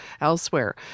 elsewhere